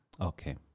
Okay